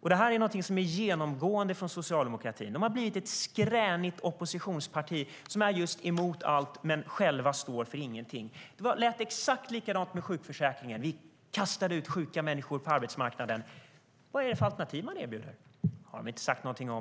Det här är någonting som är genomgående inom socialdemokratin. Socialdemokraterna har blivit ett skränigt oppositionsparti som är emot allt men själva står för ingenting. Det lät exakt likadant med sjukförsäkringen. Vi kastade ut sjuka människor på arbetsmarknaden, sade Socialdemokraterna. Men vad är det för alternativ de erbjuder? Det har de inte sagt någonting om.